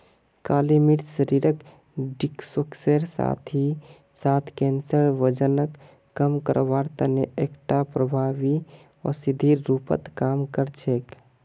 काली मिर्च शरीरक डिटॉक्सेर साथ ही साथ कैंसर, वजनक कम करवार तने एकटा प्रभावी औषधिर रूपत काम कर छेक